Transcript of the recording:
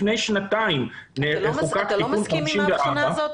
לפני שנתיים חוקק תיקון 54 --- אתה לא מסכים עם ההבחנה הזאת,